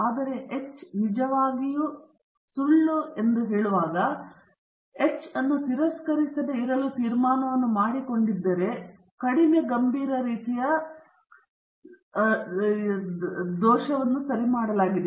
ಆದರೆ H ನಿಜವಾಗಲೂ ಸುಳ್ಳು ಹೇಳುವಾಗ ಮತ್ತು ನೀವು H ಅನ್ನು ತಿರಸ್ಕರಿಸದಿರಲು ತೀರ್ಮಾನವನ್ನು ಮಾಡಿಕೊಂಡಿದ್ದರೆ ಕಡಿಮೆ ಗಂಭೀರ ರೀತಿಯ II ದೋಷವನ್ನು ಸರಿ ಮಾಡಲಾಗಿದೆ